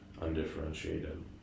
undifferentiated